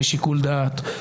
בשיקול דעת.